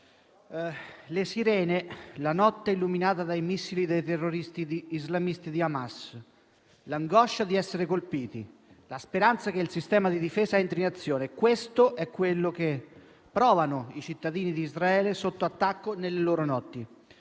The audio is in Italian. le sirene, la notte illuminata dai missili dei terroristi islamisti di Hamas, l'angoscia di essere colpiti, la speranza che il sistema di difesa entri in azione: questo è quello che provano i cittadini di Israele sotto attacco nelle loro notti.